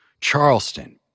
Charleston